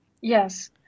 Yes